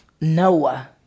Noah